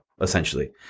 essentially